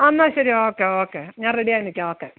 എന്നാൽ ശരി okay okay ഞാൻ റെഡിയായി നിൽക്കാം ഓക്കെ അ